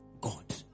God